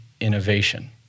innovation